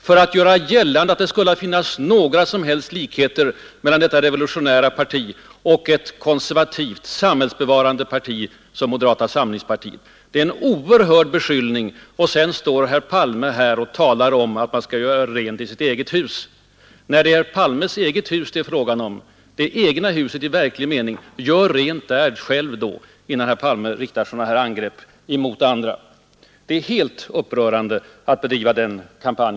Och han gör därmed gällande att det skulle finnas några likheter mellan detta revolutionära parti och ett konservativt samhällsbevarande parti som moderata samlingspartiet. Det är en oerhörd beskyllning. Sedan står herr Palme här och talar om att man skall göra rent i sitt eget hus, när det är herr Palmes eget hus det i verklig mening är fråga om a err Palme riktar sådana här angrep t andra. innan herr Palme riktar sådana här angrepp mot andr Måndagen den et är he ande a err Palme bedriver en sådan kampanj. Ha Det är helt upprörande att herr Palme bedriver en sådan kampanj.